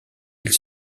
ils